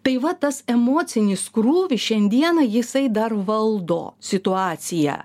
tai va tas emocinis krūvis šiandieną jisai dar valdo situaciją